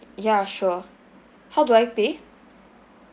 ya sure how do I pay